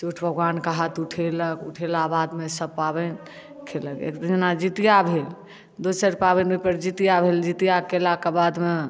चौठ भगवान के हाथ ऊठेलक ऊठेला के बाद मे सब पाबनि खेलक गेल जेना जितिया भेल दोसर पाबनि ओहिपर जितिया भेल जितिया केला के बाद मे